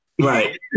Right